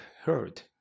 heard